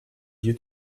due